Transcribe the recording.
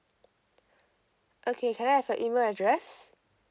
okay can I have your email address